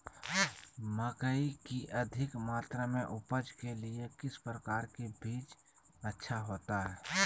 मकई की अधिक मात्रा में उपज के लिए किस प्रकार की बीज अच्छा होता है?